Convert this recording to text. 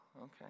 Okay